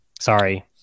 Sorry